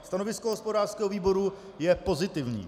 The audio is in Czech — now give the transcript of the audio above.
Stanovisko hospodářského výboru je pozitivní.